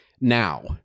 now